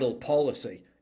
policy